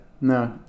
no